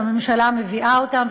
שהממשלה מביאה אותן,